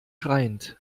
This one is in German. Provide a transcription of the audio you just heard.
schreiend